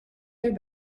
their